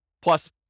plus